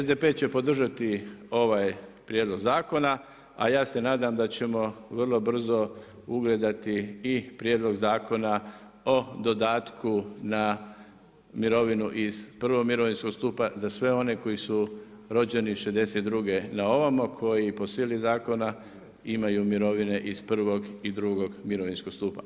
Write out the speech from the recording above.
SDP će podržati ovaj prijedlog zakona, a ja se nadam da ćemo vrlo brzo ugledati i Prijedlog zakona o dodatku na mirovinu iz prvog mirovinskog stupa za sve one koji su rođeni '62. na ovamo koji po sili zakona imaju mirovine iz prvog i drugog mirovinskog stupa.